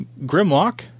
Grimlock